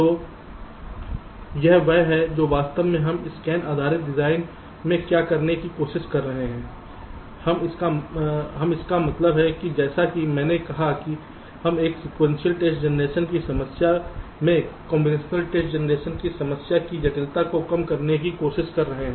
तो यह वह है जो वास्तव में हम स्कैन आधारित डिजाइन में क्या करने की कोशिश कर रहे हैं हम इसका मतलब हैं जैसा कि मैंने कहा कि हम एक सीक्वेंशियल टेस्ट जनरेशन की समस्या में कांबिनेशनल टेस्ट जनरेशन की समस्या की जटिलता को कम करने की कोशिश कर रहे हैं